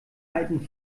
alten